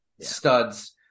studs